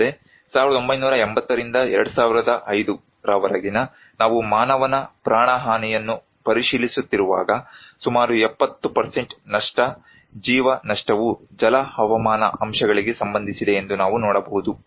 ಅಲ್ಲದೆ 1980 ರಿಂದ 2005 ರವರೆಗೆ ನಾವು ಮಾನವನ ಪ್ರಾಣಹಾನಿಯನ್ನು ಪರಿಶೀಲಿಸುತ್ತಿರುವಾಗ ಸುಮಾರು 70 ನಷ್ಟು ಜೀವ ನಷ್ಟವು ಜಲ ಹವಾಮಾನ ಅಂಶಗಳಿಗೆ ಸಂಬಂಧಿಸಿದೆ ಎಂದು ನಾವು ನೋಡಬಹುದು